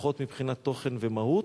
פחות מבחינת תוכן ומהות,